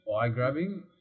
eye-grabbing